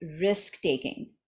risk-taking